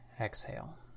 exhale